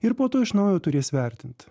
ir po to iš naujo turės vertint